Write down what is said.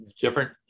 different